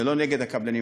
זה לא נגד הקבלנים.